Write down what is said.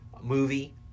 movie